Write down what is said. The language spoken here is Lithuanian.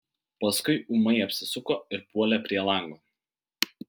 paskui ūmai apsisuko ir puolė prie lango